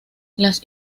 las